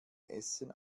essen